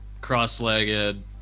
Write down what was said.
cross-legged